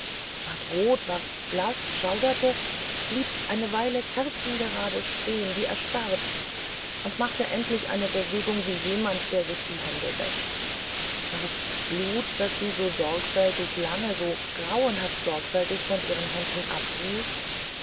ward rot ward blaß schauderte blieb eine weile kerzengrade stehen wie erstarrt und machte endlich eine bewegung wie jemand der sich die hände wäscht war es blut was sie so sorgfältig lange so grauenhaft sorgfältig von ihren händen abwusch